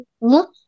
look